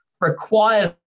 requires